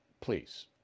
please